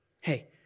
Hey